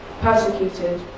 persecuted